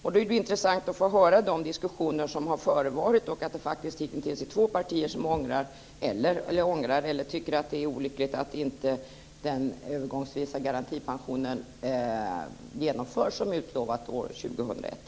Därför är det intressant att få höra vilka diskussioner som har förevarit och att det faktiskt hitintills är två partier som ångrar eller tycker att det är olyckligt att den övergångsvisa garantipensionen inte genomförs som utlovat år 2001.